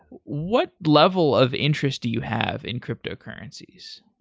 what level of interest do you have in cryptocurrencies?